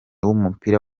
w’umupira